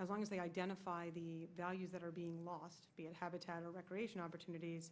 as long as they identify the values that are being lost and habitat of recreation opportunities